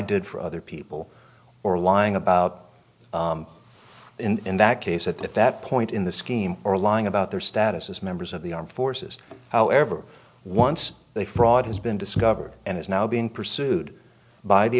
did for other people or lying about in that case at that point in the scheme or lying about their status as members of the armed forces however once they fraud has been discovered and is now being pursued by the